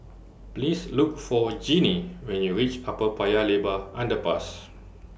Please Look For Jeannie when YOU REACH Upper Paya Lebar Underpass